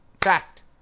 Fact